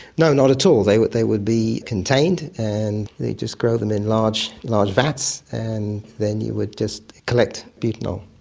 no, not at all, they would they would be contained, and they just grow them in large large vats and then you would just collect the butanol.